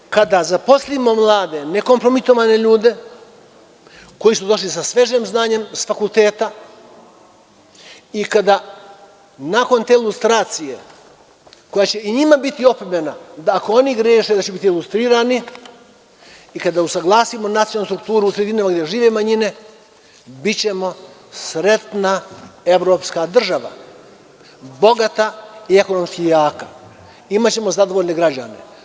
Zato, kada zaposlimo mlade nekompromitovane ljude, koji su došli sa svežim znanjem sa fakulteta, i kada nakon te lustracije koja će i njima biti opomena da ako oni greše da će biti lustrirani, i kada usaglasimo nacionalnu strukturu u sredinama gde žive manjine, bićemo sretna evropska država, bogata i ekonomski jaka i imaćemo zadovoljen građane.